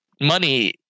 money